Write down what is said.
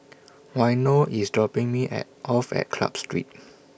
Waino IS dropping Me At off At Club Street